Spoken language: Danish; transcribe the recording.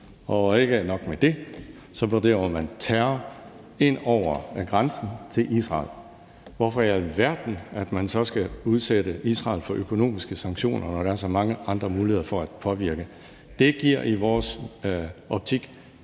med en. Ikke nok med det sender man terror ind over grænsen til Israel. Hvorfor i alverden er det så, at man skal udsætte Israels for økonomiske sanktioner, når der er så mange andre muligheder for at påvirke landet? Det giver i vores optik